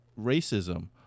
racism